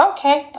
Okay